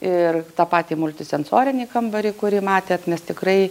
ir tą patį multisensorinį kambarį kurį matėt nes tikrai